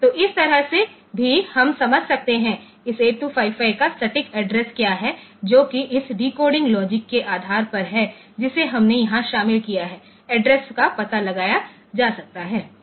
तो इस तरह से भी आप समझ सकते हैं इस 8255 का सटीक एड्रेस क्या है जो कि इस डिकोडिंग लॉजिक के आधार पर है जिसे हमने यहां शामिल किया है एड्रेस का पता लगाया जा सकता है